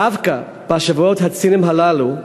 דווקא בשבועות הציניים הללו,